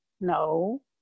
No